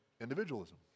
individualism